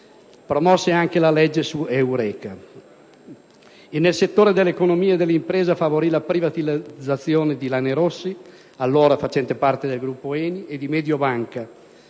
promosse la legge su Eureka; nel settore dell'economia e dell'impresa, favorì la privatizzazione di Lanerossi (allora facente parte del Gruppo Eni) e di Mediobanca,